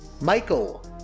Michael